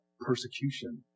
Persecution